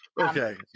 Okay